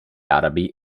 arabi